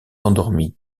endormi